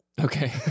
Okay